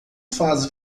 faz